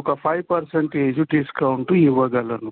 ఒక five percentage discount ఇవ్వగలను